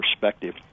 perspective